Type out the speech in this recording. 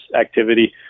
activity